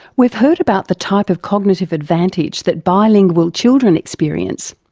we've heard about the type of cognitive advantage that bilingual children experience,